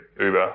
Uber